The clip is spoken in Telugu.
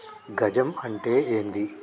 గజం అంటే ఏంది?